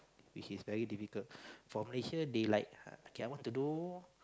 which is very difficult for Malaysia they like okay I want to do